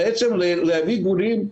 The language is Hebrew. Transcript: להביא גורים.